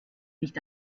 nicht